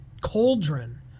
cauldron